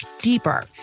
deeper